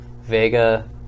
Vega